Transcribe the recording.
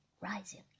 rising